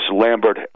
Lambert